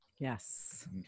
Yes